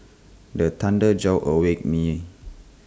the thunder jolt awake me